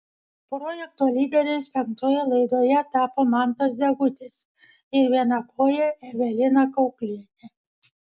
projekto lyderiais penktoje laidoje tapo mantas degutis ir vienakojė evelina kauklienė